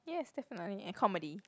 yes definitely and comedy